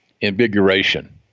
invigoration